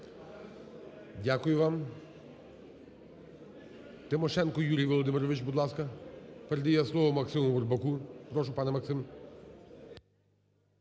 Дякую вам. Тимошенко Юрій Володимирович, будь ласка, передає слово Максиму Бурбаку. Прошу, пане Максим.